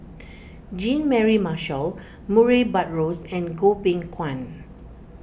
Jean Mary Marshall Murray Buttrose and Goh Beng Kwan